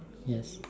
yes